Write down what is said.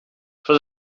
for